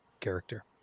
character